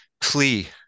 plea